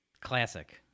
Classic